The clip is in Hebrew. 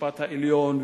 בבית-המשפט העליון,